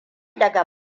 daga